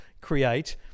create